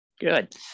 Good